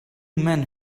men